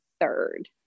third